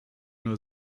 nur